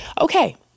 Okay